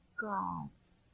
gods